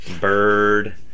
bird